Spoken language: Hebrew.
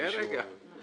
זה חסר תקדים, דרך אגב.